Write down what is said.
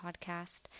Podcast